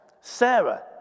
Sarah